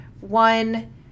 one